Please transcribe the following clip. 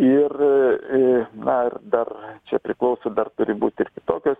ir na dar čia priklauso dar turi būt ir tokios